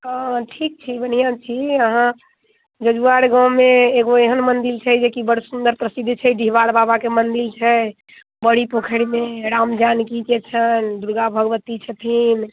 हँ ठीक छी बढ़िआँ छी अहाँ जजुआर गाँवमे एगो एहन मंदिर छै जेकि बड़ सुंदर प्रसिद्ध छै डीहवार बाबाके मंदिर छै बड़ी पोखरिमे राम जानकीके छनि दुर्गा भगवती छथिन